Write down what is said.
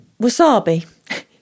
wasabi